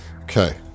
Okay